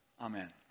Amen